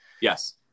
Yes